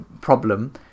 problem